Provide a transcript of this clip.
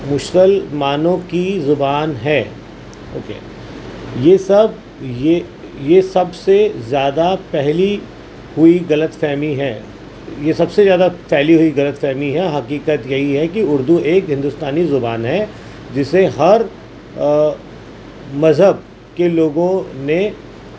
مسلمانوں کی زبان ہے اوکے یہ سب یہ یہ سب سے زیادہ پھیلی ہوئی غلط فہمی ہے یہ سب سے زیادہ پھیلی ہوئی غلط فہمی ہے حقیقت یہی ہے کہ اردو ایک ہندوستانی زبان ہے جسے ہر مذہب کے لوگوں نے